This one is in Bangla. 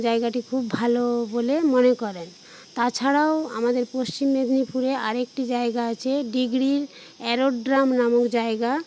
জায়গাটি খুব ভালো বলে মনে করেন তাছাড়াও আমাদের পশ্চিম মেদিনীপুরে আরেকটি জায়গা আছে ডিগরির অ্যারোড্রোম নামক জায়গা